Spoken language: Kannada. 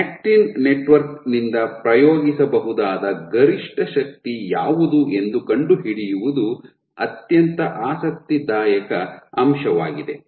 ಆಕ್ಟಿನ್ ನೆಟ್ವರ್ಕ್ ನಿಂದ ಪ್ರಯೋಗಿಸಬಹುದಾದ ಗರಿಷ್ಠ ಶಕ್ತಿ ಯಾವುದು ಎಂದು ಕಂಡುಹಿಡಿಯುವುದು ಅತ್ಯಂತ ಆಸಕ್ತಿದಾಯಕ ಅಂಶವಾಗಿದೆ